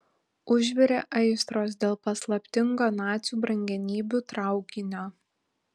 užvirė aistros dėl paslaptingo nacių brangenybių traukinio